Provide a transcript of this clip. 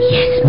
Yes